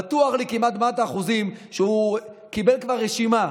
אני בטוח כמעט במאת האחוזים שהוא קיבל כבר רשימה,